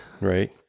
Right